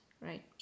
right